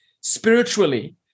spiritually